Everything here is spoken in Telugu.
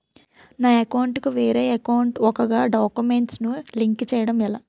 నా అకౌంట్ కు వేరే అకౌంట్ ఒక గడాక్యుమెంట్స్ ను లింక్ చేయడం ఎలా?